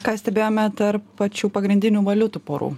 ką stebėjome tarp pačių pagrindinių valiutų porų